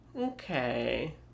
Okay